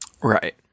Right